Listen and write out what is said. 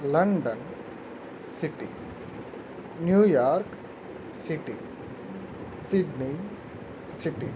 London city New York City Sydney city